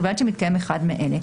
ובלבד שמתקיים אחד מאלה: